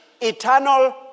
eternal